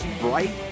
Bright